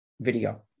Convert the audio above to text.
video